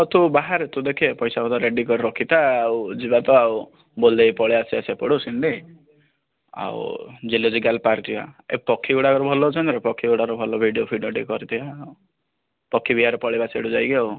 ହଉ ତୁ ବାହାରେ ତୁ ଦେଖ ପଇସା ପତ୍ର ରେଡ଼ି କରି ରଖିଥା ଆଉ ଯିବା ତ ଆଉ ବୁଲି ଦେଇକି ପଳେଇ ଆସିବା ସେପଟୁ ସେମିତି ଆଉ ଜୁଲୋଜିକାଲ ପାର୍କ ଯିବା ଏଇ ପକ୍ଷୀ ଗୁଡ଼ାକର ଭଲ ଅଛନ୍ତି ନା ପକ୍ଷୀ ଗୁଡ଼ାକ ଭଲ ଭିଡ଼ିଓ ଫିଡ଼ିଓ ଟିକେ କରିଦେବା ଆଉ ପକ୍ଷୀ ବିହାର ପଳେଇବା ସିଆଡ଼ୁ ଆଡ଼ୁ ଯାଇକି ଆଉ